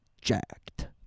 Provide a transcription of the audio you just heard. jacked